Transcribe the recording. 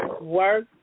work